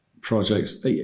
projects